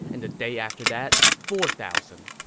and the day after that, four thousand.